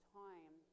time